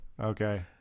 Okay